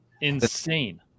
insane